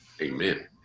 amen